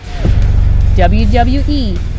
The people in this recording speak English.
WWE